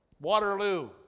Waterloo